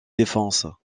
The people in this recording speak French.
défenses